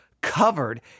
covered